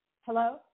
Hello